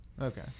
Okay